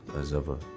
as ever,